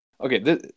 okay